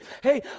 hey